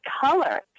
color